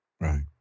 Right